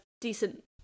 decent